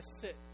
sit